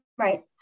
Right